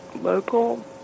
local